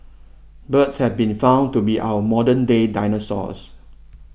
birds have been found to be our modern day dinosaurs